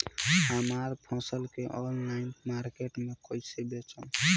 हमार फसल के ऑनलाइन मार्केट मे कैसे बेचम?